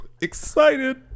excited